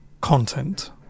content